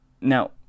Now